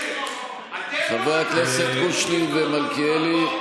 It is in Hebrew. חברי הכנסת קושניר ומלכיאלי,